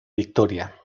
victoria